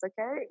okay